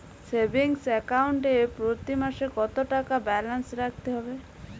Savings account এ প্রতি মাসে কতো টাকা ব্যালান্স রাখতে হবে?